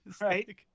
Right